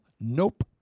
nope